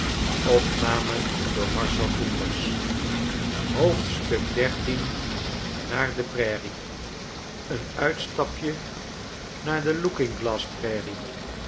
naar de prairie een uitstapje naar de